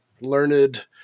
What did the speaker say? learned